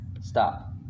stop